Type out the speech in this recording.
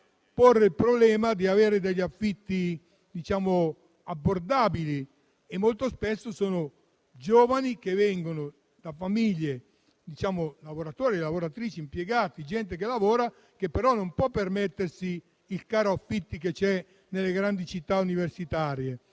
porre il problema di avere affitti abbordabili: molto spesso si tratta di giovani provenienti da famiglie composte da lavoratori e lavoratrici, impiegati, gente che lavora, che però non possono permettersi il caro affitti che c'è nelle grandi città universitarie,